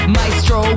Maestro